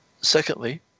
Secondly